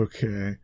Okay